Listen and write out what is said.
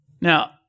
Now